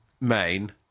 main